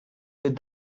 with